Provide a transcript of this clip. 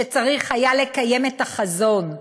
שצריך היה לקיים את החזון,